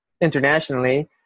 internationally